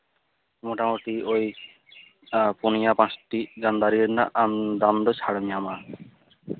ᱢᱳᱴᱟᱢᱩᱴᱤ ᱳᱭ ᱯᱳᱱᱭᱟ ᱯᱟᱸᱪᱴᱤ ᱜᱟᱱ ᱫᱟᱨᱮ ᱨᱮᱱᱟᱜ ᱟᱢ ᱫᱟᱢ ᱫᱚ ᱪᱷᱟᱲ ᱮᱢ ᱧᱟᱢᱟ